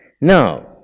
Now